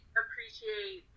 appreciate